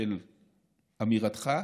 של אמירתך,